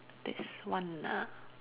this one ah